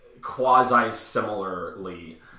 quasi-similarly